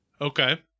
Okay